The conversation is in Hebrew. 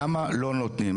למה לא נותנים?